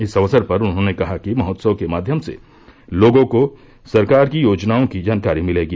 इस अवसर पर उन्होंने कहा कि महोत्सव के माध्यम से लोगों को सरकार की योजनाओं की जानकारी मिलेगी